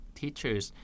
teachers